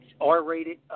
R-rated